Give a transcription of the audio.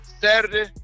Saturday